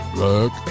Black